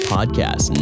Podcast